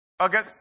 Okay